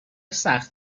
سخت